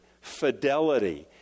fidelity